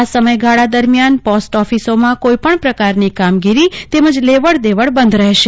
આ સમયગાળા દરમિયાન પોસ્ટ ઓફિસોમાં કોઈ પણ પ્રકારની કામગીરી તેમજ લેવડ દેવડ બંધ રહેશે